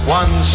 one